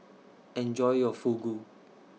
Enjoy your Fugu